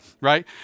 right